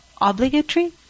obligatory